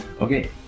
Okay